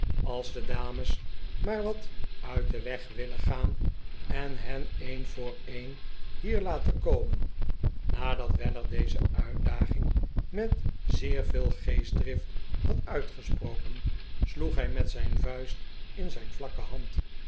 als de dames maar wat uit den weg willen gaan en hen een voor een hier laten komen nadat weller deze uitdaging met zeer veel peestdrift had uitgesproken sloeg hij met zijn vuist in zijn vlakke hand